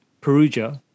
Perugia